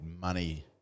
money